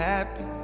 Happy